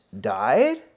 died